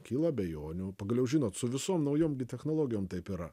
kyla abejonių pagaliau žinot su visom naujom gi technologijom taip yra